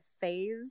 phase